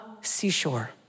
seashore